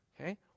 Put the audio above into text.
Okay